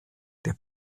der